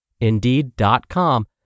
Indeed.com